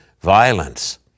violence